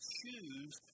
choose